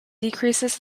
decreases